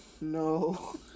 no